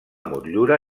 motllura